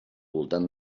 voltant